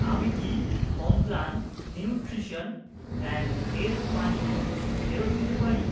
আমি কি Complan nutrition and health পানীয় ফেরত দিতে পারি